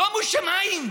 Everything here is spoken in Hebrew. שומו שמיים,